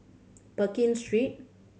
Pekin Street